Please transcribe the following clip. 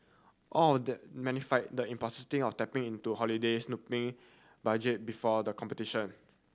all of that magnify the of tapping into holiday snooping budget before the competition